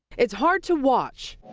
it's hard to watch.